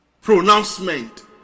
pronouncement